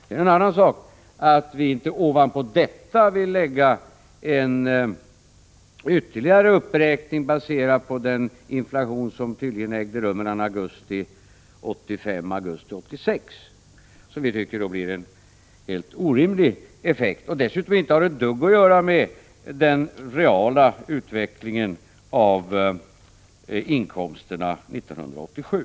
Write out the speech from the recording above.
Det är en annan sak att vi ovanpå detta inte vill lägga en ytterligare uppräkning, baserad på den inflation som tydligen äger rum mellan augusti 1985 och augusti 1986. Det skulle få en helt orimlig effekt. Dessutom skulle det inte ha ett dugg att göra med den reala utvecklingen av inkomsterna 1987.